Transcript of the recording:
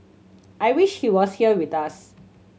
I wish he was here with us